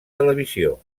televisió